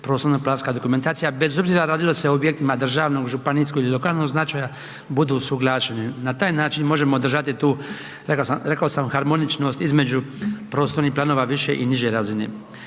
prostorno planska dokumentacija, bez obzira radilo se o objektima državnog, županijskog ili lokalnog značaja budu usuglašeni. Na taj način možemo držati tu rekao sam harmoničnost između prostornih planova više i niže razine.